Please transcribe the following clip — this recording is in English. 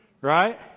right